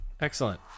Excellent